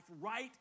right